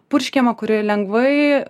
purškiamą kuri lengvai